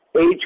age